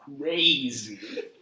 Crazy